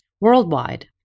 worldwide